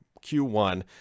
Q1